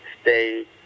stay